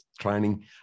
Training